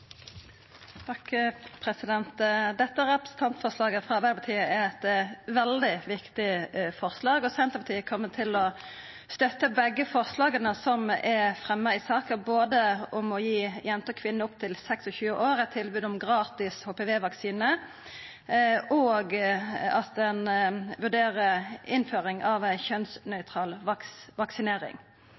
veldig viktig. Senterpartiet kjem til å støtta begge forslaga som er fremja i saka, både om å gi jenter og kvinner opp til 26 år eit tilbod om gratis HPV-vaksine, og at ein vurderer innføring av kjønnsnøytral vaksinering.